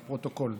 בפרוטוקול.